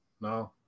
no